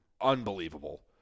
unbelievable